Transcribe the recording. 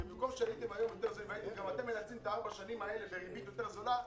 גם אתם לא מנצלים את ארבע השנים האלה בריבית יותר זולה,